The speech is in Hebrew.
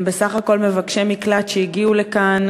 הם בסך הכול מבקשי מקלט שהגיעו לכאן.